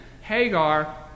Hagar